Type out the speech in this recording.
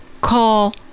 Call